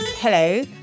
Hello